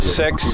six